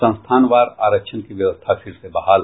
संस्थानवार आरक्षण की व्यवस्था फिर से बहाल